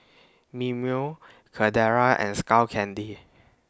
Mimeo Carrera and Skull Candy